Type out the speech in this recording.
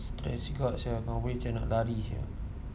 stress kau sia macam nak lari sia